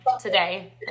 today